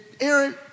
Aaron